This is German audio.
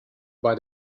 bei